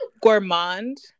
gourmand